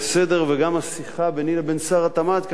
הסדר וגם את השיחה ביני לבין שר התמ"ת,